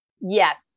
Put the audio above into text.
yes